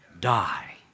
die